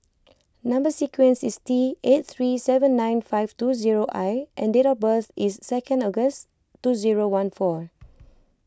Number Sequence is T eight three seven nine five two zero I and date of birth is second August two zero one four